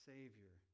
Savior